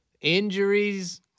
injuries